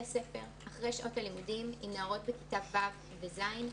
ספר אחרי שעות הלימודים עם נערות בכיתות ו' ו-ז'.